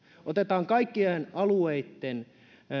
otetaan kaikkien alueitten